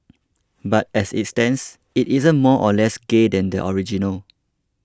but as it stands it isn't more or less gay than the original